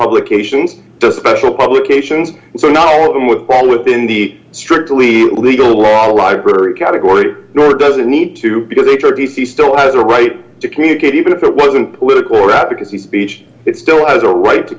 publications does special publications so not all of them with well within the strictly legal law library category nor does it need to because they felt he still has a right to communicate even if it wasn't political or advocacy speech it still has a right to